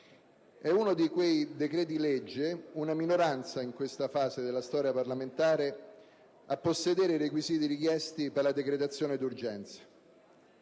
È uno di quei decreti-legge, una minoranza in questa fase della storia parlamentare, a possedere i requisiti richiesti per la decretazione d'urgenza.